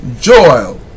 Joel